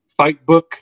FIGHTBOOK